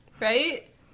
right